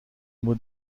بود